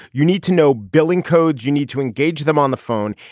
you need to know billing codes. you need to engage them on the phone.